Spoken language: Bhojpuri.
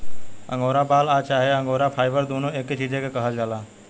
अंगोरा बाल आ चाहे अंगोरा फाइबर दुनो एके चीज के कहल जाला